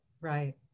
Right